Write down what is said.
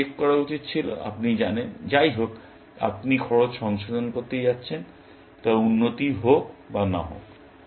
আমার চেক করা উচিত ছিল আপনি জানেন যাইহোক আপনি খরচ সংশোধন করতে যাচ্ছেন তা উন্নতি হোক বা না হোক